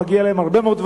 מגיע להם הרבה מאוד,